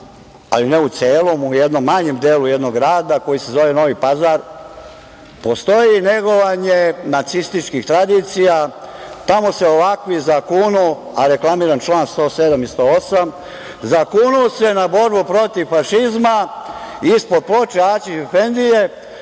ali ne u celom, u jednom manjem delu jednog grada koji se zove Novi Pazar postoji negovanje nacističkih tradicija. Tamo se ovakvi zakunu, a reklamiram član 107. i 108, na borbu protiv fašizma ispod ploče Aćif edfendije,